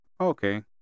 Okay